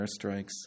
airstrikes